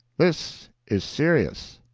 this is serious.